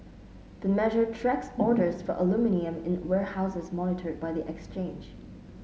the measure tracks orders for aluminium in warehouses monitored by the exchange